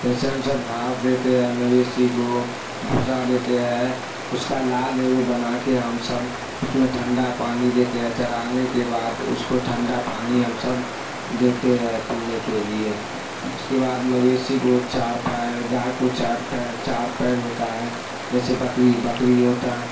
جیسے ہم سب گھاس دیتے ہیں مویشی کو بھوسا دیتے ہے اس کا لاد ہے وہ بنا کے ہم سب اس میں ٹھنڈا پانی دیتے ہے چڑھانے کے بعد اس کو ٹھنڈا پانی ہم سب دیتے ہے پینے کے لیے اس کے بعد مویشی کو چار پیر گائے کو چار پیر چار پیر ہوتا ہے جیسے بکری بکری ہوتا ہے